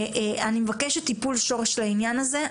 אני מבקשת טיפול שורש לעניין הזה.